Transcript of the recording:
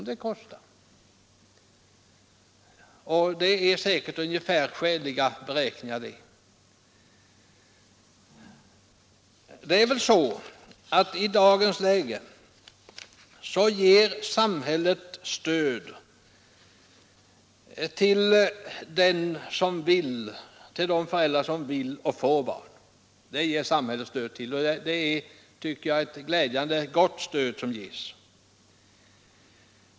Detta är säkerligen skäliga beräkningar. I dagens läge ger samhället stöd till de personer som vill ha och får barn, och jag tycker det är ett glädjande gott stöd som ges.